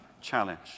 challenge